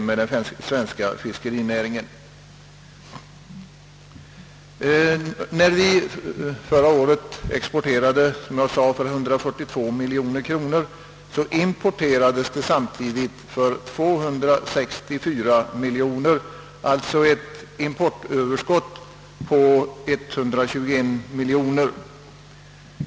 Som jag sade, exporterade vi förra året fiskprodukter för 142 miljoner kronor. Samma år importerade vi för 264 miljoner kronor. Importöverskottet uppgår alltså till 122 miljoner.